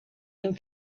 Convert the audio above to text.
une